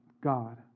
God